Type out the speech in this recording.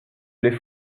l’ai